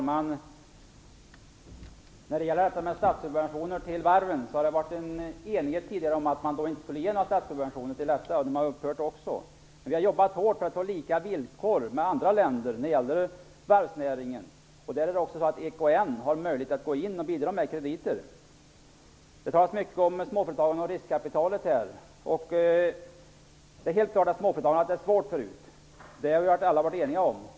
Herr talman! Det har tidigare rått enighet om att man inte skulle ge statssubventioner till varven. De har också upphört. Men vi har jobbat hårt för att få lika villkor som andra länder för varvsnäringen. EKN har också möjlighet att gå in och bidra med krediter. Det har talats mycket om småföretagarna och riskkapitalet. Det är helt klart att småföretagarna hade det svårt förut. Det har vi alla varit eniga om.